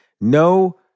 No